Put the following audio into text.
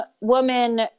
woman